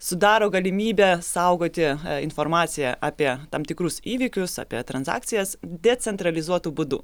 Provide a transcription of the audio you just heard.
sudaro galimybę saugoti informaciją apie tam tikrus įvykius apie transakcijas decentralizuotu būdu